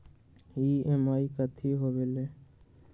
EMI कथी होवेले?